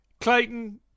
Clayton